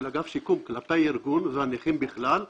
אגף השיקום כלפי הארגון והנכים בכלל,